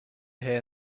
here